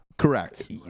Correct